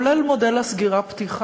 כולל מודל הסגירה-פתיחה,